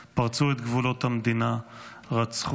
פרצו את גבולות המדינה, רצחו,